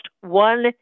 one